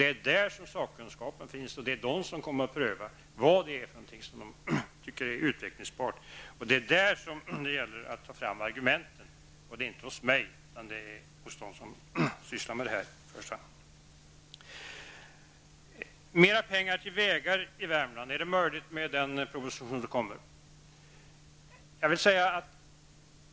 Det är där som sakkunskapen finns, och det är den som kommer att pröva vad som är utvecklingsbart. Det är där som det gäller att ta fram argumenten, inte hos mig utan hos dem som i första hand sysslar med detta. Är det möjligt att i samband med den proposition som skall komma få mera pengar till vägar i Värmland?